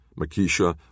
Makisha